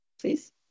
Please